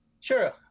Sure